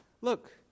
look